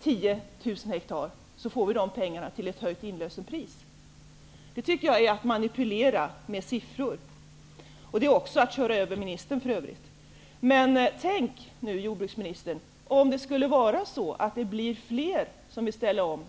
till 10 000 ha, för att man skulle få dessa pengar till ett höjt inlösenpris. Det tycker jag är att manipulera med siffror, och för övrigt är det också att köra över ministern. Tänk, jordbruksministern, om det blir mer än de 10 000 ha som ställs om!